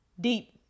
deep